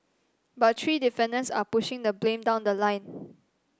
but three defendants are pushing the blame down the line